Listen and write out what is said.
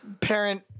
Parent